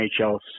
NHL